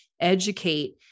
educate